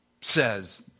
says